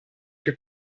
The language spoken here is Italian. che